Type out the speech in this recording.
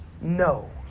No